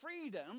freedom